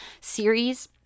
series